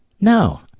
No